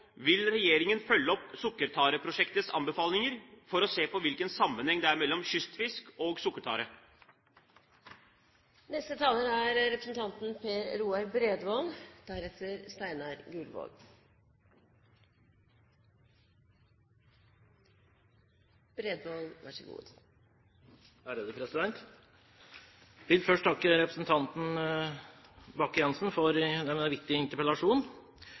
Vil regjeringen følge opp Sukkertareprosjektets anbefalinger for å se på hvilken sammenheng det er mellom kystfisk og sukkertare? Jeg vil først takke representanten